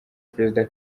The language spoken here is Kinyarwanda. perezida